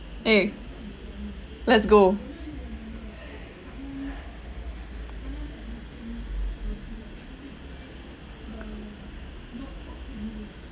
eh let's go